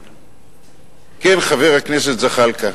כן, חבר הכנסת זחאלקה,